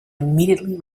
immediately